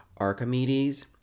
Archimedes